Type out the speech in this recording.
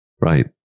right